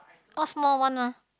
all small one what